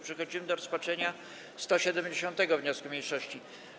Przechodzimy do rozpatrzenia 170. wniosku mniejszości.